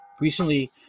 Recently